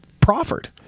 proffered